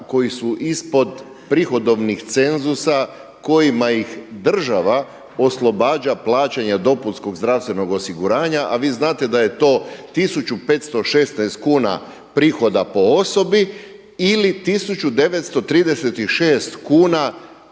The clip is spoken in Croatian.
koji su ispod prihodovnih cenzusa kojima ih država oslobađa plaćanja dopunskog zdravstvenog osiguranja a vi znate da je to 1516 kuna prihoda po osobi ili 1936 kuna